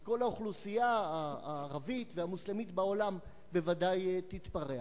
כל האוכלוסייה הערבית והמוסלמית בעולם ודאי תתפרע.